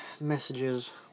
messages